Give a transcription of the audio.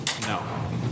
No